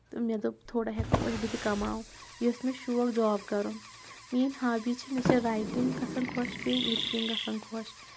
تہٕ مےٚ دوٚپ تھوڑا ہؠکو أتھۍ بہٕ تہِ کماو یہِ اوس مےٚ شوق جاب کَرُن میٲنۍ ہابی چھِ مےٚ چھِ رایٹِنٛگ گژھان خۄش بیٚیہِ لِسنِنٛگ گژھان خۄش